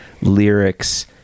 lyrics